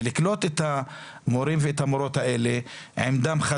ולקלוט את המורים והמורות הצעירים,